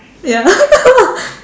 ya